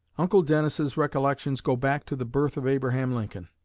uncle dennis's recollections go back to the birth of abraham lincoln.